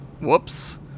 Whoops